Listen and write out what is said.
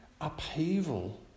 upheaval